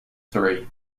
three